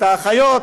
את האחיות,